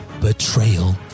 betrayal